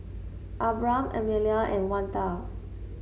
Abram Emilia and Oneta